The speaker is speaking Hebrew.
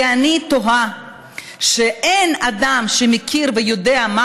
כי אני טוענת שאין אדם שמכיר ויודע מה